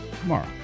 tomorrow